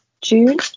June